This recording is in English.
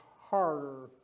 harder